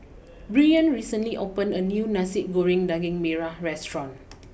Brien recently opened a new Nasi Goreng Daging Merah restaurant